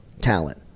talent